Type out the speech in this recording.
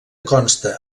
consta